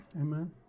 amen